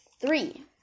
three